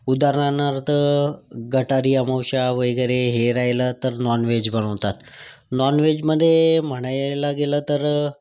उदाहरणार्थ गटारी अमावस्या वगैरे हे राहिलं तर नॉनवेज बनवतात नॉनवेजमध्ये म्हणायला गेलं तर